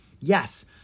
Yes